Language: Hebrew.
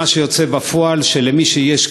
מה שיוצא בפועל זה שלמי שיש כסף,